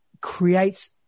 creates